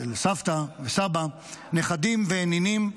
של סבתא וסבא, נכדים ונינים,